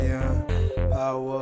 Power